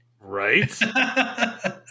Right